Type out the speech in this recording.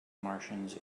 martians